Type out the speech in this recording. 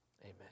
Amen